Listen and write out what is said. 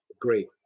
Great